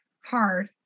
hard